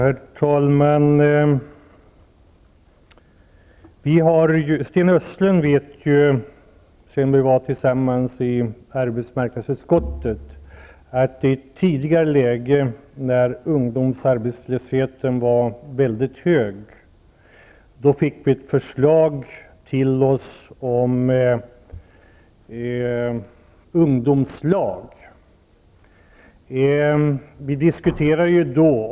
Herr talman! Sten Östlund vet från den tiden då vi arbetade tillsammans i arbetsmarknadsutskottet att i ett tidigare läge då ungdomsarbetslösheten var mycket hög, fick vi ett förslag om ungdomslag. Vi förde diskussioner då.